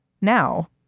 Now